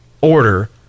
order